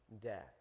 death